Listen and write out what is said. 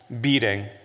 beating